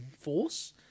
force